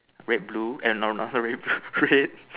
red blue eh no not red blue red